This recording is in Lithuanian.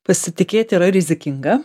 pasitikėti yra rizikinga